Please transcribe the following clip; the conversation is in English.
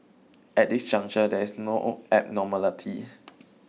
at this juncture there is no abnormality